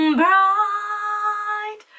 bright